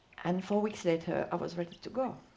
and four weeks later, i was ready to go.